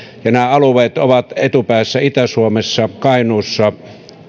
nämä alueet ovat etupäässä itä suomessa kainuussa